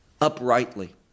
uprightly